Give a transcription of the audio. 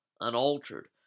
unaltered